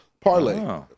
parlay